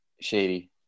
shady